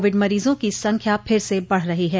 Covid मरीजों की संख्या फिर से बढ़ रही है